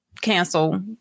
cancel